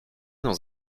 dans